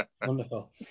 Wonderful